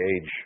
age